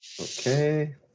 Okay